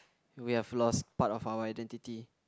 we have lost part of our identity